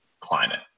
climate